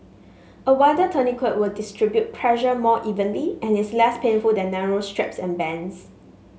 a wider tourniquet will distribute pressure more evenly and is less painful than narrow straps and bands